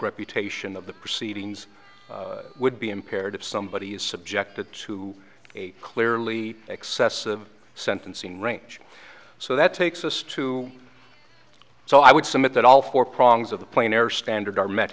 reputation of the proceedings would be impaired if somebody is subjected to a clearly excessive sentencing range so that takes us to so i would submit that all four prongs of the plain air standard are met